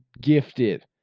gifted